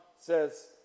says